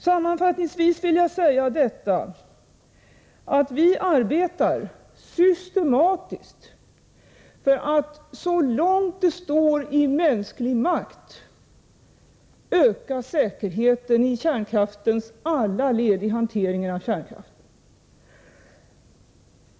Sammanfattningsvis vill jag säga, att vi arbetar systematiskt för att så långt det står i mänsklig makt öka säkerheten i alla led av kärnkraftshanteringen.